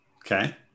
Okay